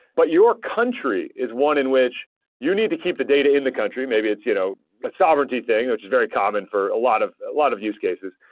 but your country is one in which you need to keep the data in the country. maybe it's you know a sovereignty thing, which is very common for a lot of lot of use cases.